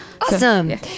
Awesome